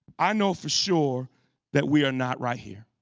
i know for sure that we are not right here.